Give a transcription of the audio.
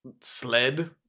sled